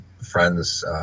friends